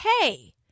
hey